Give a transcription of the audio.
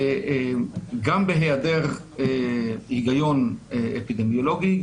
גם בהיעדר היגיון אפידמיולוגי,